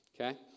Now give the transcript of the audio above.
okay